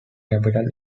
capital